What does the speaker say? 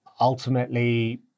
Ultimately